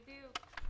בדיוק.